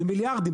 זה מיליארדים,